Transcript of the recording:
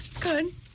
Good